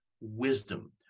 wisdom